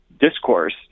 discourse